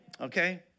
okay